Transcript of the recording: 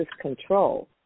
control